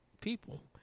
people